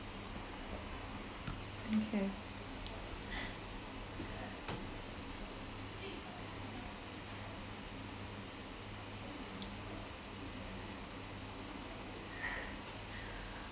okay